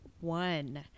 one